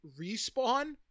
respawn